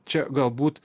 čia galbūt